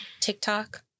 TikTok